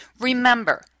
Remember